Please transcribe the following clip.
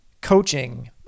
coaching